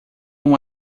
uma